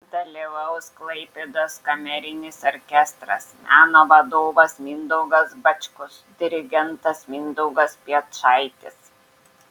dalyvaus klaipėdos kamerinis orkestras meno vadovas mindaugas bačkus dirigentas mindaugas piečaitis